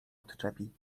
odczepi